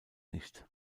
nicht